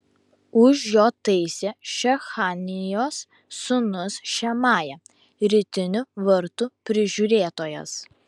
už jo taisė šechanijos sūnus šemaja rytinių vartų prižiūrėtojas